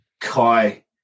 Kai